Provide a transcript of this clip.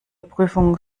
prüfung